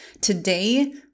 Today